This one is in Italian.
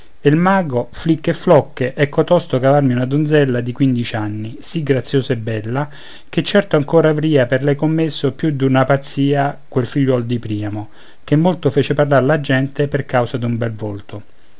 il mago flicche e flocche ecco tosto cavarmi una donzella di quindici anni sì graziosa e bella che certo ancor avria per lei commesso più d'una pazzia quel figliuolo di priamo che molto fece parlar la gente per causa d'un bel volto